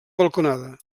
balconada